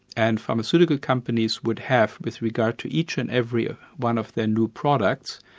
and pharmaceutical companies would have, with regard to each and every ah one of their new products,